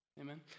Amen